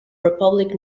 republic